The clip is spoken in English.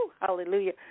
hallelujah